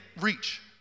reach